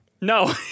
No